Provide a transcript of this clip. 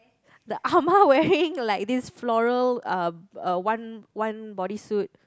the ah ma wearing like this floral uh uh one one bodysuit